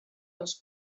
els